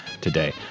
today